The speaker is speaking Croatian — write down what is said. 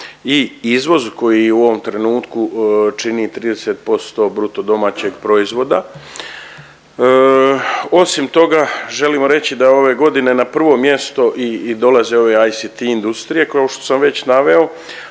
i izvoz koji u ovom trenutku čini 30% BDP-a. Osim toga, želimo reći da je ove godine na prvo mjesto i dolaze ove ICT industrije kao što sam već naveo,